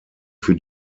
für